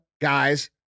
guys